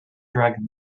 dragon